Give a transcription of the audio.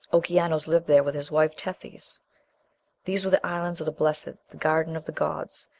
okeanos lived there with his wife tethys these were the islands of the blessed, the garden of the gods,